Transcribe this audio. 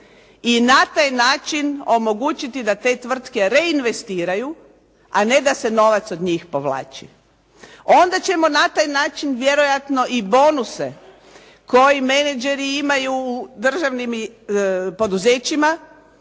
i na taj način omogućiti da te tvrtke reinvestiraju, a ne da se novac od njih povlači. Onda ćemo na taj način vjerojatno i bonuse koji menageri imaju u državnim poduzećima,